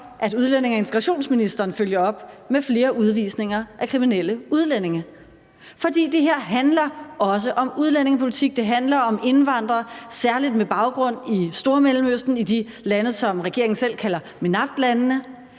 at udlændinge- og integrationsministeren følger op med flere udvisninger af kriminelle udlændinge. For det her handler også om udlændingepolitik, det handler om indvandrere, særlig med baggrund i Stormellemøsten, i de lande, som regeringen selv kalder MENAPT-landene.